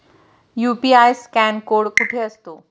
UPI scan code कुठे असतो?